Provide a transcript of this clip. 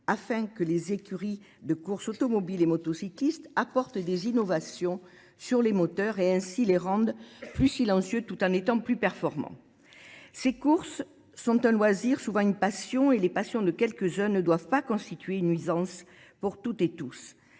afin que les écuries de courses automobiles et motocyclistes apportent des innovations sur les moteurs et ainsi les rendent plus silencieux tout en étant plus performants. Ces courses sont un loisir, souvent une passion, et les passions de quelques jeunes ne doivent pas constituer une nuisance pour toutes et tous.